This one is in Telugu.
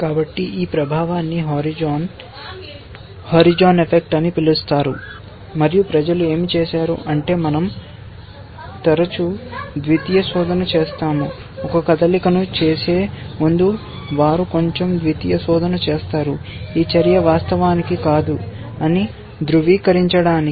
కాబట్టి ఈ ప్రభావాన్ని హోరిజోన్ ఎఫెక్ట్ అని పిలుస్తారు మరియు ప్రజలు ఏమి చేసారు అంటే మన০ తరచూ ద్వితీయ శోధన చేస్తాము ఒక కదలికను చేసే ముందు వారు కొంచెం ద్వితీయ శోధన చేస్తారు ఈ చర్య వాస్తవానికి కాదు అని ధృవీకరించడానికి